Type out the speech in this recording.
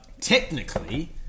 Technically